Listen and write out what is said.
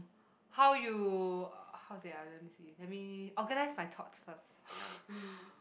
how you uh how to say ah let me see let me organise my thoughts first